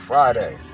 Friday